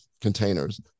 containers